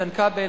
איתן כבל,